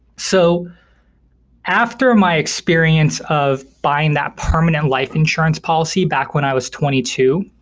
so after my experience of buying that permanent life insurance policy back when i was twenty two,